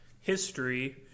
history